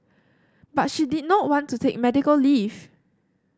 but she did not want to take medical leave